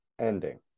ending